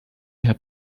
herr